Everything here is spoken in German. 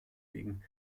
wegen